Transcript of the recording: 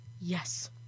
Yes